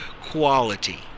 quality